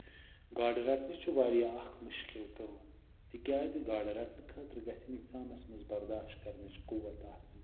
گاڈٕ رَٹنہِ چھُ وارِیاہ اکھ مُشکِل کٲم تِکیٛازِ گاڈٕ رَٹنہٕ خٲطرٕ گَژھِ اِنسانس منٛز برداشت کرنٕچ قُوَت آسٕنۍ